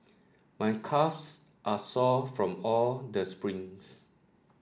my calves are sore from all the sprints